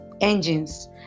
engines